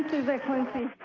his excellency.